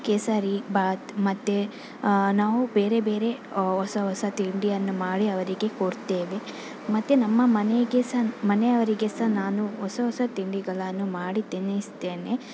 ಕೇಸರಿಭಾತ್ ಮತ್ತು ನಾವು ಬೇರೆ ಬೇರೆ ಹೊಸ ಹೊಸ ತಿಂಡಿಯನ್ನು ಮಾಡಿ ಅವರಿಗೆ ಕೊಡ್ತೇವೆ ಮತ್ತು ನಮ್ಮ ಮನೆಗೆ ಸಹ ಮನೆಯವರಿಗೆ ಸಹ ನಾನು ಹೊಸ ಹೊಸ ತಿಂಡಿಗಳನ್ನು ಮಾಡಿ ತಿನ್ನಿಸ್ತೇನೆ